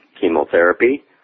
chemotherapy